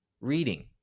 Reading